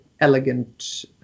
elegant